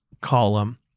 column